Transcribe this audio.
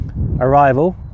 arrival